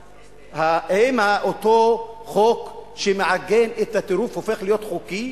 האם אותו חוק שמעגן את הטירוף הופך להיות חוקי?